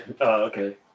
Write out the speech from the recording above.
okay